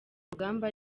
urugamba